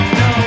no